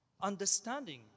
understanding